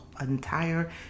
entire